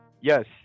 Yes